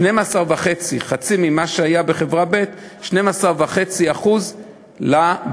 ו-12.5% חצי ממה שהיה בחברה ב', 12.5% לבעלים.